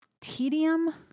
tedium